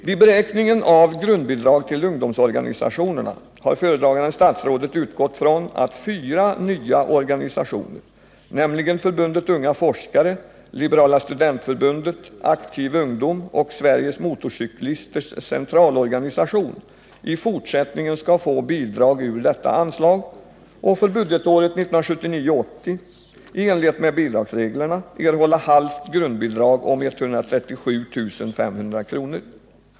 Vid beräkningen av grundbidrag till ungdomsorganisationerna har föredragande statsrådet utgått från att fyra nya organisationer, nämligen Förbundet Unga forskare, Liberala studentförbundet, Aktiv ungdom och Sveriges motorcyklisters centralorganisation i fortsättningen skall få bidrag ur detta anslag och för budgetåret 1979/80 — i enlighet med bidragsreglerna — erhålla halvt grundbidrag om 137 500 kr.